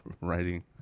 writing